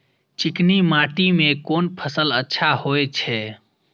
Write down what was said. चिकनी माटी में कोन फसल अच्छा होय छे?